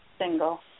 single